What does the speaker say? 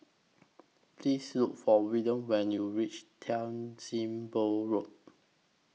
Please Look For Wiliam when YOU REACH Tan SIM Boh Road